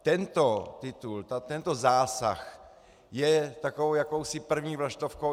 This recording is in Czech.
Tento titul, tento zásah je takovou jakousi první vlaštovkou.